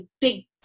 big